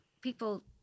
people